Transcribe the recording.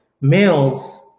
Males